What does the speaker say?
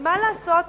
ומה לעשות?